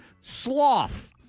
Sloth